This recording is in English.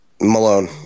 Malone